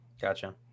Gotcha